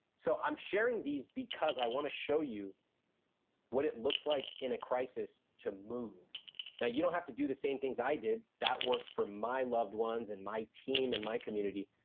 so i'm sharing these because i wanna show you what it looks like in a crisis to move now, you don't have to do the same things i did. that worked for my loved ones, and my team and my community.